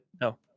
No